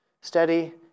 steady